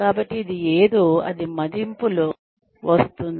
కాబట్టి ఇది ఏదో అది మదింపులలో వస్తుంది